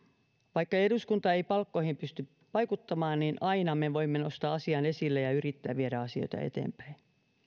vaikka eduskunta ei palkkoihin pysty vaikuttamaan niin aina me voimme nostaa asian esille ja yrittää viedä asioita eteenpäin